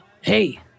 hey